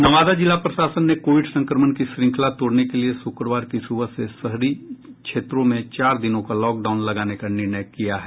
नवादा जिला प्रशासन ने कोविड संक्रमण की श्रंखला तोड़ने के लिए शुक्रवार की सुबह से शहरी क्षेत्रों में चार दिनों का लॉकडाउन लगाने का निर्णय किया है